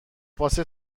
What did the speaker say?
واسه